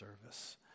service